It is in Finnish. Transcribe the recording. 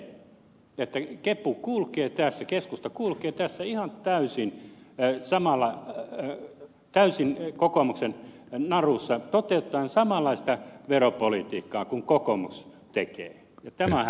käsittämätöntähän tässä on se että keskusta kulkee tässä ihan täysin kokoomuksen narussa toteuttaen samanlaista veropolitiikkaa kuin kokoomus tekee ja tämä on hämmästyttävää